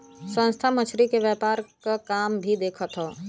संस्था मछरी के व्यापार क काम भी देखत हौ